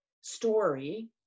story